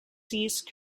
seized